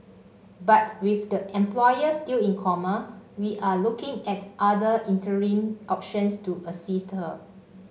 but with the employer still in coma we are looking at other interim options to assist them